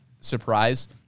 surprise